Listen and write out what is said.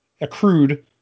accrued